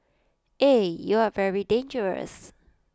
eh you are very dangerous